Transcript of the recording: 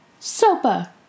Sopa